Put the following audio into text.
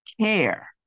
care